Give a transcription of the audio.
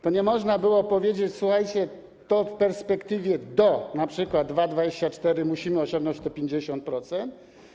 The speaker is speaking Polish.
To nie można było powiedzieć: słuchajcie, to w perspektywie do np. 2024 r. musimy osiągnąć te 50%?